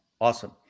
Awesome